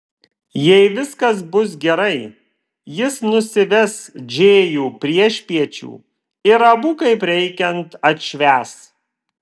jei viskas bus gerai jis nusives džėjų priešpiečių ir abu kaip reikiant atšvęs